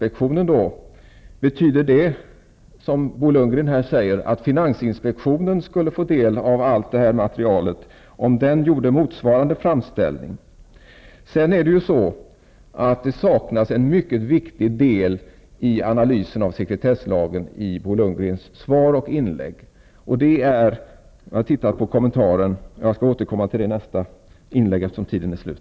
Betyder det Bo Lundgren här säger att finansinspektionen skulle få del av allt material, om den gjorde en motsvarande framställning? Det saknas en mycket viktig del i analysen av sekretesslagen i Bo Lundgrens svar och inlägg. Jag skall återkomma till det i mitt nästa inlägg, för min tale tid är nu slut.